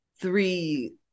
three